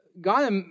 God